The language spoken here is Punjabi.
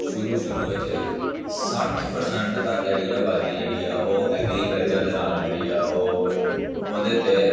ਸ਼ੁਰੂ ਸ਼ੁਰੂ ਵਿੱਚ ਸੱਠ ਪਰਸੈਂਟ ਤੱਕ ਜਿਹੜੀ ਆਬਾਦੀ ਜਿਹੜੀ ਹੈ ਉਹ ਐਗਰੀਕਲਚਰ ਦੇ ਨਾਲ ਜਿਹੜੀ ਹੈ ਉਹ ਉਹਦੇ 'ਤੇ